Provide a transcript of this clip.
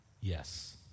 Yes